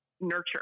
nurture